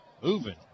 moving